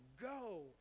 go